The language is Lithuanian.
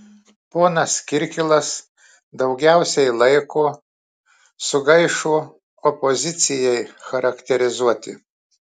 ponas kirkilas daugiausiai laiko sugaišo opozicijai charakterizuoti